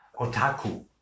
otaku